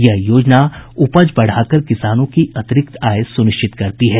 यह योजना उपज बढ़ाकर किसानों की अतिरिक्त आय सुनिश्चित करती है